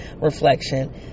reflection